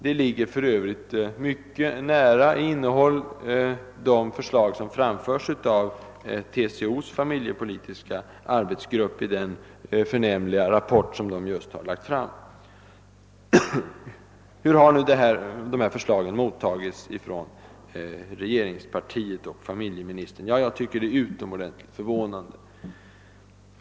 Det ligger för övrigt mycket nära innehållet i de förslag som framförs i TCO:s familjepolitiska arbetsgrupp i den förnämliga rapport som just har lagts fram. Hur har nu dessa förslag mottagits från regeringspartiet och familjeministern? Jag tycker det är utomordentligt förvånande.